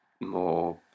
more